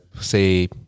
say